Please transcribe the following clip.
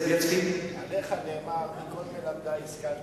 עליך נאמר: מכל מלמדי השכלתי.